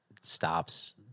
stops